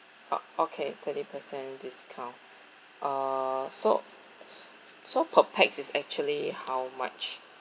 uh okay thirty percent discount uh so so per pax is actually how much